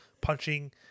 punching